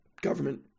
government